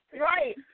Right